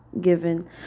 given